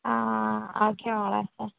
ആ ആ ഓക്കെ മോളെ